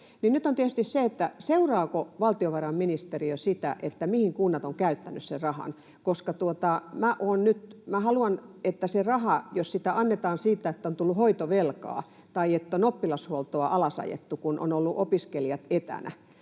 seuraako valtiovarainministeriö sitä, mihin kunnat ovat käyttäneet sen rahan. Jos sitä rahaa on annettu siihen, että on tullut hoitovelkaa tai että on oppilashuoltoa alas ajettu, kun ovat olleet opiskelijat etänä